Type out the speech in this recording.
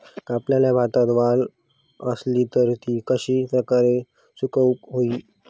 कापलेल्या भातात वल आसली तर ती कश्या प्रकारे सुकौक होई?